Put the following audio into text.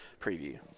preview